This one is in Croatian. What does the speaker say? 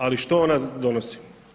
Ali što ona donosi?